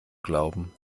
glauben